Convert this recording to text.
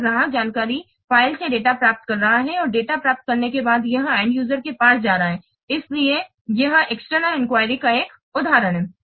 यह ग्राहक जानकारी फ़ाइल से डेटा प्राप्त कर रहा है और डेटा प्राप्त करने के बाद यह अंतिम यूजर के पास जा रहा है इसलिए यह एक्सटर्नल इंक्वायरी का एक उदाहरण है